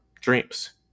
dreams